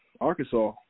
Arkansas